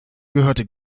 gehörte